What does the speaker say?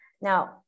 Now